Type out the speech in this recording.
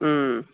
ह्म्